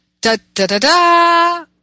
da-da-da-da